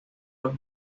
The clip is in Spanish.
los